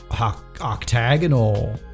octagonal